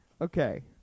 Okay